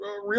real